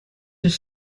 deux